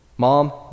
Mom